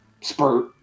spurt